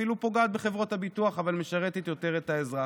אפילו פוגעת בחברות הביטוח אבל משרתת יותר את האזרח.